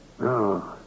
No